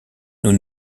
nous